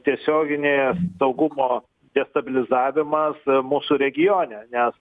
tiesioginė saugumo destabilizavimas mūsų regione nes